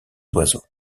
oiseaux